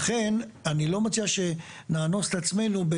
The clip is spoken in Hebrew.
לכן אני לא מציע שנאנוס את עצמנו.